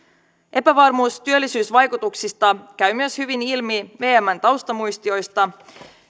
epävarmuus työllisyysvaikutuksista käy hyvin ilmi myös vmn taustamuistioista